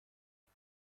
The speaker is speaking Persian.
پیش